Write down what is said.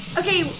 okay